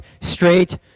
straight